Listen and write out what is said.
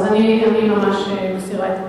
אז אני ממש מסירה את,